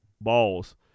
balls